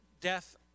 death